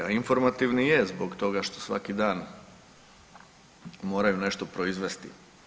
A informativni je zbog toga što svaki dan moraju nešto proizvesti.